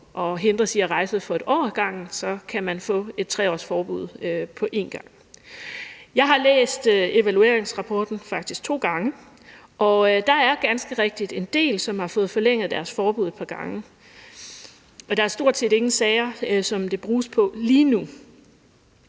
at hindres i at rejse for 1 år ad gangen kan få et 3-årsforbud på en gang. Jeg har læst evalueringsrapporten, faktisk to gange, og der er ganske rigtigt en del, som har fået forlænget deres forbud et par gange, men der er stort set ingen sager, som det bruges på lige nu.